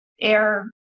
air